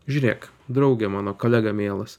žiūrėk drauge mano kolega mielas